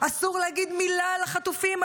אסור להגיד מילה על החטופים,